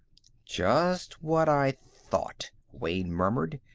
just what i thought, wayne murmured.